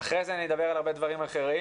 אחר כך אני אדבר על הרבה דברים אחרים.